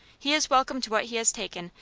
he is welcome to what he has taken,